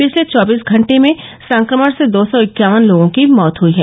पिछले चौबीस घंटे में संक्रमण से दो सौ इक्यावन लोगों की मौत हई है